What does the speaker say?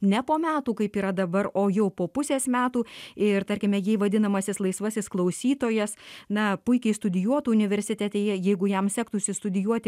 ne po metų kaip yra dabar o jau po pusės metų ir tarkime jei vadinamasis laisvasis klausytojas na puikiai studijuotų universitete jei jeigu jam sektųsi studijuoti